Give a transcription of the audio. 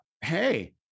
hey